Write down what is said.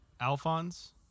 Alphonse